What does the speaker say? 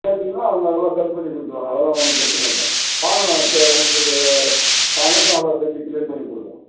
கேட்டிங்கன்னால் அவங்க அதெல்லாம் சரி பண்ணி கொடுத்துருவாங்க அதெல்லாம் ஒன்றும் பிரச்சனை இல்லை வாங்க நா தே உங்களுக்கு இது நல்லா செஞ்சி கிளியர் பண்ணி கொடுக்கறோம்